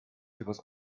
etwas